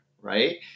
Right